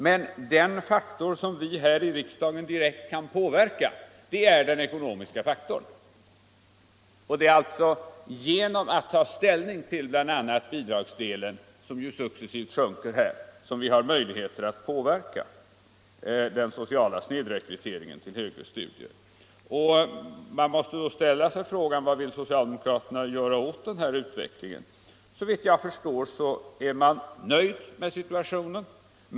Men den faktor som vi här i riksdagen direkt kan påverka är den ekonomiska faktorn. Det är alltså genom att ta ställning till bl.a. bidragsdelen som vi har möjligheter att påverka den sociala snedrekryteringen till högre studier. Man man måste då ställa sig frågan: Vad vill socialdemokraterna göra åt den här utvecklingen? Såvitt jag förstår är de nöjda med situationen.